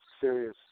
serious